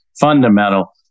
fundamental